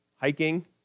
hiking